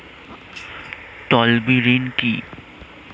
তলবি ঋন কি?